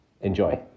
Enjoy